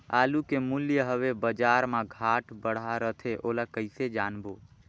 आलू के मूल्य हवे बजार मा घाट बढ़ा रथे ओला कइसे जानबो?